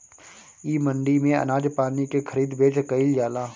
इ मंडी में अनाज पानी के खरीद बेच कईल जाला